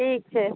ठीक छै